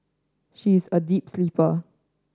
she is a deep sleeper